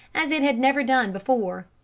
as it had never done before.